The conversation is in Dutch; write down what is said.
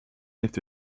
heeft